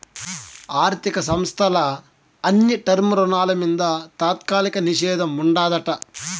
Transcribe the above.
ఆర్థిక సంస్థల అన్ని టర్మ్ రుణాల మింద తాత్కాలిక నిషేధం ఉండాదట